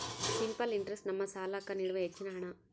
simple interest ನಮ್ಮ ಸಾಲ್ಲಾಕ್ಕ ನೀಡುವ ಹೆಚ್ಚಿನ ಹಣ್ಣ